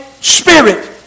Spirit